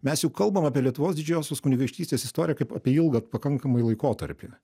mes jau kalbam apie lietuvos didžiosios kunigaikštystės istoriją kaip apie ilgą pakankamai laikotarpį